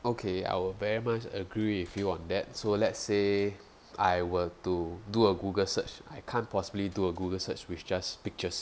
okay I'll very much agree with you on that so let's say I will to do a google search I can't possibly do a google search which just pictures